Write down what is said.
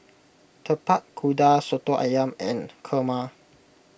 Tapak Kuda Soto Ayam and Kurma